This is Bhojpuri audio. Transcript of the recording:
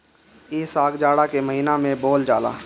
इ साग जाड़ा के महिना में बोअल जाला